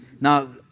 Now